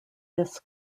this